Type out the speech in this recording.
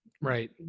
Right